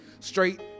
straight